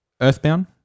Earthbound